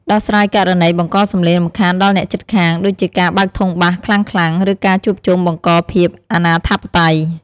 ដោះស្រាយករណីបង្កសំឡេងរំខានដល់អ្នកជិតខាង ដូចជាការបើកធុងបាសខ្លាំងៗ ឬការជួបជុំបង្កភាពអនាធិបតេយ្យ។